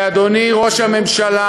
אדוני ראש הממשלה,